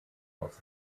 aus